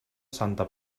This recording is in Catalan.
santa